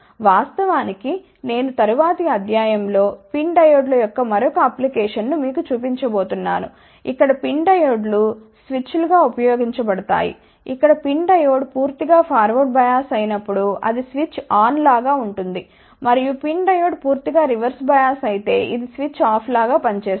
వాస్తవానికి నేను తరువాతి అధ్యాయం లో PIN డయోడ్ల యొక్క మరొక అప్లికేషన్ ను మీకు చెప్పబోతున్నాను ఇక్కడ PIN డయోడ్ లు స్విచ్లుగా ఉపయోగించబడతాయి ఇక్కడ PIN డయోడ్ పూర్తిగా ఫార్వర్డ్ బయాస్ అయినప్పుడు అది స్విచ్ ఆన్ లాగా ఉంటుంది మరియు PIN డయోడ్ పూర్తిగా రివర్స్ బయాస్ అయితే ఇది స్విచ్ ఆఫ్ లాగా పని చేస్తుంది